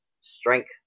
strength